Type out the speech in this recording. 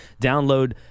Download